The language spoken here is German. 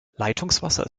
leitungswasser